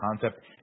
concept